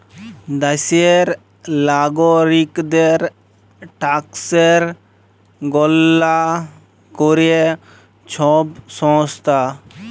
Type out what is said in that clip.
দ্যাশের লাগরিকদের ট্যাকসের গললা ক্যরে ছব সংস্থা